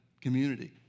community